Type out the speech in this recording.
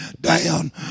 down